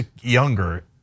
younger